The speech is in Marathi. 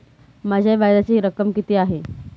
माझ्या व्याजाची रक्कम किती आहे?